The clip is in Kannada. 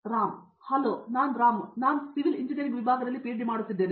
ರಾಮ್ ಹಾಯ್ ನಾನು ರಾಮ್ ನಾನು ಸಿವಿಲ್ ಇಂಜಿನಿಯರಿಂಗ್ ವಿಭಾಗದಲ್ಲಿ ಪಿಎಚ್ಡಿ ಮಾಡುತ್ತಿದ್ದೇನೆ